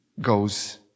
goes